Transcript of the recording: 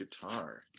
guitar